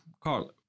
Carl